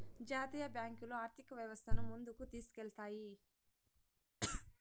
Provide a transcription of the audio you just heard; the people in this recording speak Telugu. జాతీయ బ్యాంకులు ఆర్థిక వ్యవస్థను ముందుకు తీసుకెళ్తాయి